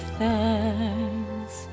thanks